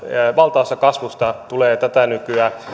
valtaosa kasvusta tulee tätä nykyä